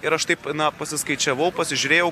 ir aš taip na pasiskaičiavau pasižiūrėjau